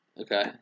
Okay